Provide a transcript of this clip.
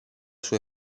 sua